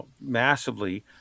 massively